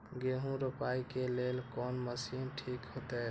गेहूं रोपाई के लेल कोन मशीन ठीक होते?